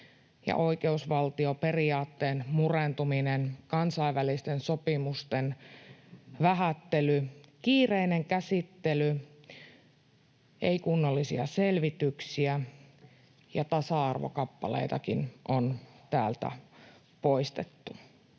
oikeusvaltioperiaatteen murentuminen, kansainvälisten sopimusten vähättely, kiireinen käsittely, ei kunnollisia selvityksiä, ja tasa-arvokappaleitakin on täältä poistettu.